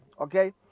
Okay